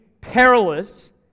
perilous